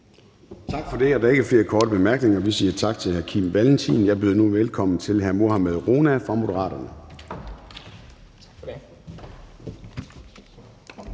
Tak for det. Der er ikke flere korte bemærkninger. Vi siger tak til hr. Kim Valentin. Jeg byder nu velkommen til hr. Mohammad Rona fra Moderaterne.